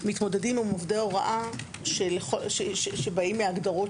מתמודדים עם עובדי הוראה שבאים מהגדרות